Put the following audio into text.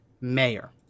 mayor